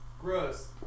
Gross